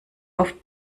auf